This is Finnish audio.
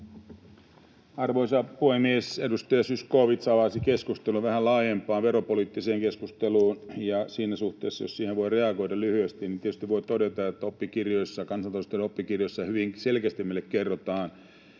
Arvoisa puhemies! Edustaja Zyskowicz avasi keskustelun vähän laajempaan veropoliittiseen keskusteluun, ja siinä suhteessa, jos siihen voi reagoida lyhyesti, tietysti voi todeta, että kansantaloustieteen oppikirjoissa hyvin selkeästi meille kerrotaan,